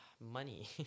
money